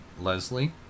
Leslie